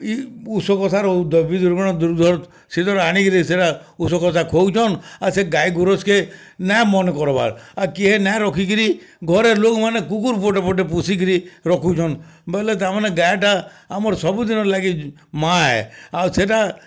ଇ ଉଷୋ କସାର ଆଉ ଦ୍ରବି ଦ୍ରୁବଣ ସେ ଧର ଆଣିକିରି ସେଟା ଉଷୋ କସା ଖୋଉଚନ୍ ଆର୍ ସେ ଗାଏ ଗୁରସ୍କେ ନା ମନ୍ କର୍ବାର୍ କିଏ ନା ରଖିକିରି ଘରେ ଲୋକ୍ମାନେ କୁକୁର୍ ପଟେ ପଟେ ପୋଷିକିରି ରଖୁଛନ୍ ବଏଲେ ତାମାନେ ଗାଏଟା ଆମର୍ ସବୁ ଦିନର୍ ଲାଗି ମାଁ ଆଏ ଆଉ ସେଟା